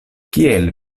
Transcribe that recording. kiel